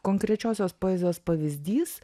konkrečiosios poezijos pavyzdys